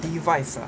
device ah